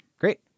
Great